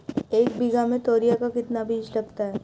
एक बीघा में तोरियां का कितना बीज लगता है?